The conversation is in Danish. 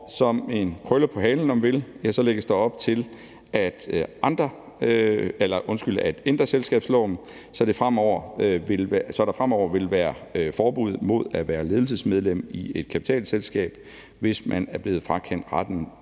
Som en krølle på halen, om man vil, lægges der op til at ændre selskabsloven, så der fremover vil være forbud mod at være ledelsesmedlem i et kapitalselskab, hvis man er blevet frakendt retten